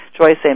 Joyce